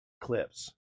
clips